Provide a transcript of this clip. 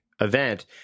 event